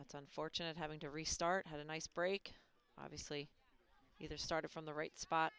it's unfortunate having to restart had a nice break obviously he there started from the right spot